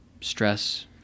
stress